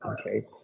Okay